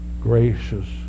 gracious